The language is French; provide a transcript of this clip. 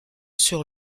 sur